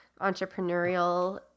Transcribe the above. entrepreneurial